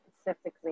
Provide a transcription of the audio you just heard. specifically